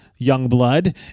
Youngblood